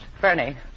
Fernie